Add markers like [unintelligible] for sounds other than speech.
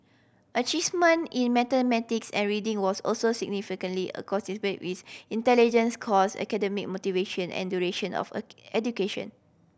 achievement in mathematics and reading was also significantly [unintelligible] with intelligence scores academic motivation and duration of education